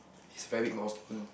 is a very big milestone